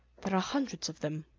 there are hundreds of them,